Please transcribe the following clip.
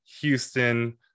Houston